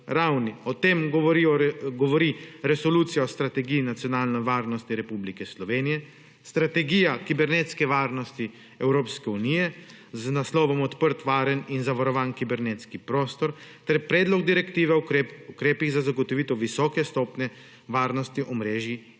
O tem govori Resolucija o strategiji nacionalne varnosti Republike Slovenije, Strategija kibernetske varnosti Evropske unije, z naslovom Odprt, varen in zavarovan kibernetski prostor, ter predlog direktive ukrepi za zagotovitev visoke stopnje varnosti omrežij